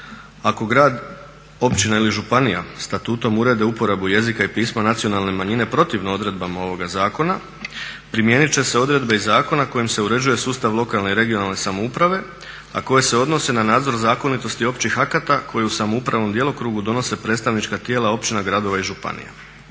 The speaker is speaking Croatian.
Ako grad, općina ili županija statutom urede uporabu jezika i pisma nacionalne manjine protivno odredbama ovoga zakona, primijenit će se odredbe iz zakona kojim se uređuje sustav lokalne i regionalne samouprave, a koje se odnose na nadzor zakonitosti općih akata koji u samoupravnom djelokrugu donose predstavnička tijela općina, gradova i županija.